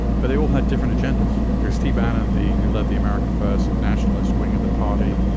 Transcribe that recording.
but they all had different agendas here. steve bannon, the who led the america first nationalist wing of the party,